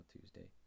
Tuesday